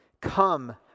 come